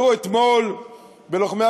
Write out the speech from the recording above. תראו, אתמול בלוחמי-הגטאות,